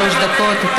שלוש דקות.